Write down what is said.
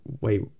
wait